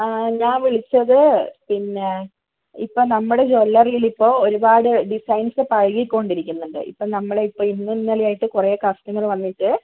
ആഹ് ഞാൻ വിളിച്ചത് പിന്നെ ഇപ്പം നമ്മുടെ ജ്വല്ലറിയിൽ ഇപ്പോൾ ഒരുപാട് ഡിസൈൻസ് പഴകിക്കൊണ്ടിരിക്കുന്നുണ്ട് ഇപ്പം നമ്മൾ ഇപ്പം ഇന്നും ഇന്നലെയും ആയിട്ട് കുറേ കസ്റ്റമർ വന്നിട്ട്